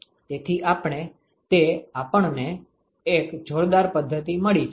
તેથી આપણે તે આપણને એક જોરદાર પદ્ધતિ મળી છે